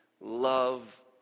love